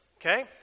Okay